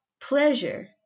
pleasure